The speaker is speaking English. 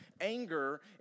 anger